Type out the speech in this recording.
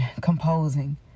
composing